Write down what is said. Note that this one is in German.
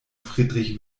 friedrich